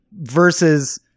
Versus